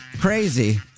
crazy